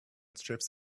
strips